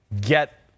get